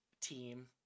team